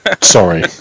Sorry